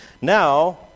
now